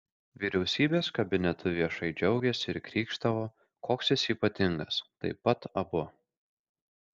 vyriausybės kabinetu viešai džiaugėsi ir krykštavo koks jis ypatingas taip pat abu